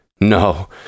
No